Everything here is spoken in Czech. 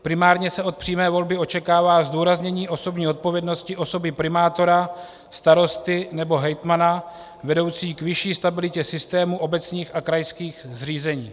Primárně se od přímé volby očekává zdůraznění osobní odpovědnosti osoby primátora, starosty nebo hejtmana vedoucí k vyšší stabilitě systému obecních a krajských zřízení.